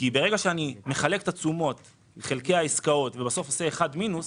ברגע שאני מחלק את התשומות חלקי העסקאות ובסוף עושה אחד מינוס,